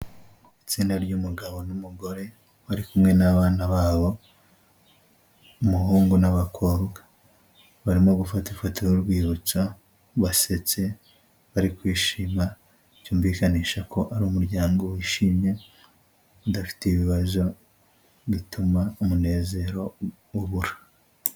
Itsinda ry'umugabo n'umugore bari kumwe n'bana babo, umuhungu n'abakobwa, barimo gufata ifotoro y'urwibutso basetse bari kwishima, byumvikanisha ko ari umuryango wishimye, udafite ibibazo bituma umuneze ubura.